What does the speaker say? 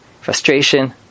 frustration